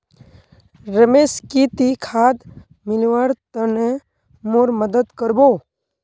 रमेश की ती खाद मिलव्वार तने मोर मदद कर बो